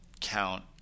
count